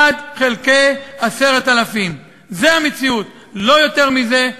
1 חלקי 10,000. זו המציאות, לא יותר מזה.